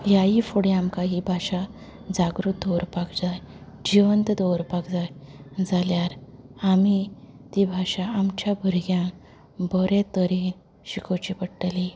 ह्याय फुडें आमकां ही भाशा जागृत दवरपाक जाय जिवंत दवरपाक जाय जाल्यार आमी ती भाशा आमच्या भुरग्यांक बरें तरेन शिकोवची पडटली